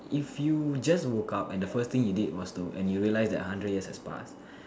if you just woke and the first thing you did was to and you realize a hundred years have passed